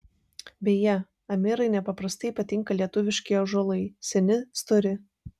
beje amirai nepaprastai patinka lietuviški ąžuolai seni stori